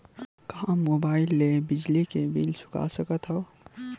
का मुबाइल ले बिजली के बिल चुका सकथव?